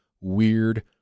weird